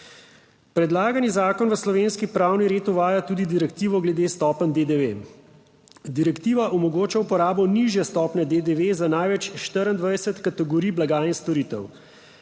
Predlagani zakon v slovenski pravni red uvaja tudi direktivo glede stopenj DDV. Direktiva omogoča uporabo nižje stopnje DDV za največ 24 kategorij blaga in storitev.